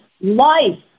Life